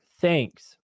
thanks